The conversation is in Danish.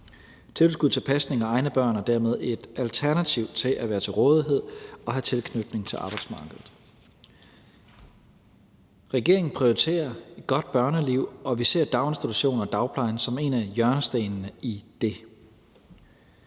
Tilskuddet til pasning af egne børn er dermed et alternativ til at være til rådighed og have tilknytning til arbejdsmarkedet. Regeringen prioriterer et godt børneliv, og vi ser daginstitutioner og dagpleje som en af hjørnestenene i det.